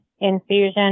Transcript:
infusion